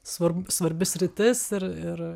svarb svarbi sritis ir ir